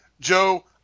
Joe